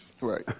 Right